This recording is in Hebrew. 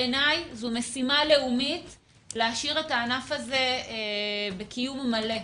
בעיניי זו משימה לאומית להשאיר את הענף הזה בקיום מלא,